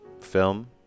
film